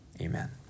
Amen